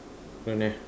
don't have